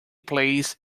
plays